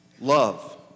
love